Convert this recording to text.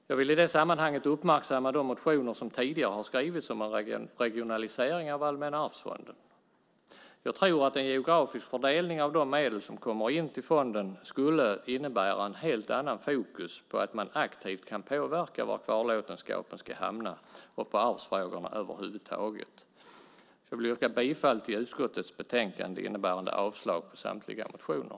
Jag vill i det sammanhanget uppmärksamma de motioner som tidigare har skrivits om en regionalisering av Allmänna arvsfonden. Jag tror att en geografisk fördelning av de medel som kommer in till fonden skulle innebära ett helt annat fokus på att man aktivt kan påverka var kvarlåtenskapen ska hamna och på arvsfrågorna över huvud taget. Jag yrkar bifall till förslaget i utskottets betänkande innebärande avslag på samtliga motioner.